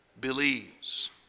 believes